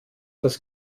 das